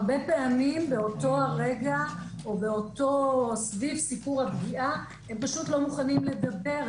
הרבה פעמים באותו הרגע או סביב סיפור הפגיעה הם פשוט לא מוכנים לדבר,